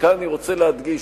כאן אני רוצה להדגיש,